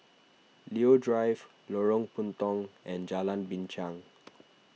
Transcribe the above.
Leo Drive Lorong Puntong and Jalan Binchang